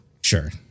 Sure